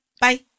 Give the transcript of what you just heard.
Bye